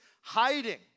hiding